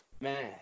man